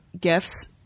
gifts